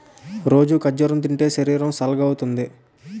రోజూ ఖర్జూరం తింటే శరీరం సల్గవుతుంది